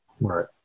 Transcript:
right